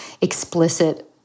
explicit